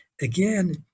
again